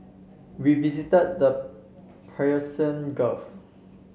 we visited the Persian Gulf